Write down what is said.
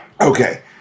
Okay